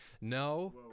No